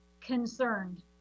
concerned